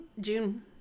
June